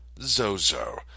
Zozo